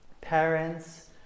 parents